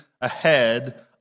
ahead